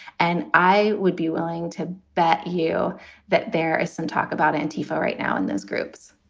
and i would be willing to bet you that there is some talk about antifa right now and those groups